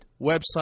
website